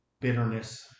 bitterness